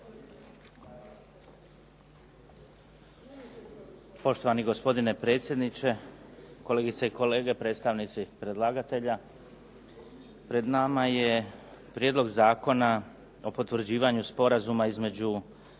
Poštovani gospodine predsjedniče, kolegice i kolege predstavnici predlagatelja. Pred nama je Prijedlog zakona o potvrđivanju Sporazuma između